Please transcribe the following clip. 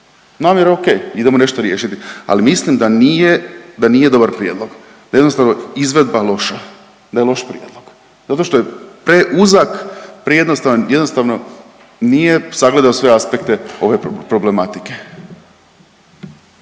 namjera je okej, idemo nešto riješiti, ali mislim da nije, da nije dobar prijedlog, da je jednostavno izvedba loša, da je loš prijedlog. Zato što je preuzak, prejednostavan i jednostavno nije sagledao sve aspekte ove problematike.